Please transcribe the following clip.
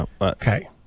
okay